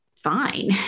fine